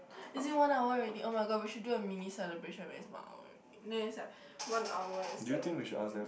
is it one hour already [oh]-my-god we should do a mini celebration when it is one hour already then it's like one hour and seventy